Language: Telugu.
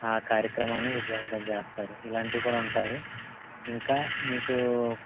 ఆ కార్యక్రమాన్ని విజయవంతం చేస్తారు ఇలాంటివి కూడా ఉంటాయి ఇంకా మీకు